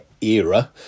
era